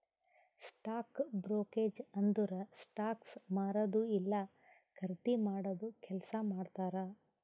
stock brokerage ಅಂದುರ್ stocks ಮಾರದು ಇಲ್ಲಾ ಖರ್ದಿ ಮಾಡಾದು ಕೆಲ್ಸಾ ಮಾಡ್ತಾರ್